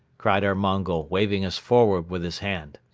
cried our mongol, waving us forward with his hand.